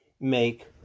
make